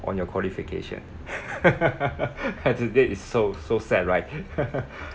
on your qualification and today it's so so sad right